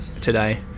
today